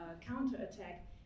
counterattack